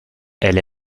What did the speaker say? elle